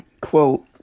quote